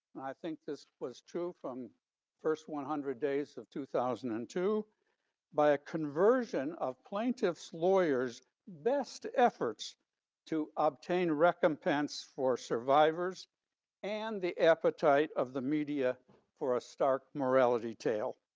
think this was true from first one hundred days of two thousand and two by a conversion of plaintiffs lawyers best efforts to obtain recompense for survivors and the appetite of the media for a stark morality tale.